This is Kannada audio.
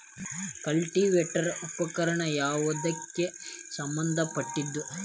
ಕಲ್ಟಿವೇಟರ ಉಪಕರಣ ಯಾವದಕ್ಕ ಸಂಬಂಧ ಪಟ್ಟಿದ್ದು?